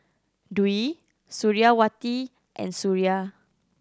Dwi Suriawati and Suria